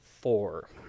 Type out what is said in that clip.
four